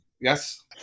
yes